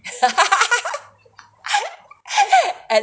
and